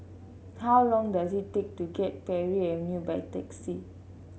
how long does it take to get Parry Avenue by taxi